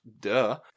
duh